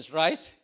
right